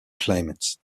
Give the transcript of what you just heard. climates